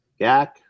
GAK